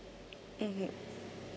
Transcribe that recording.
mmhmm